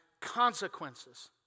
consequences